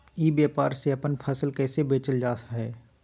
ई व्यापार से अपन फसल कैसे बेचल जा हाय?